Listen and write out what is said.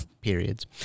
periods